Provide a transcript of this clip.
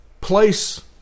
place